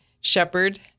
shepherd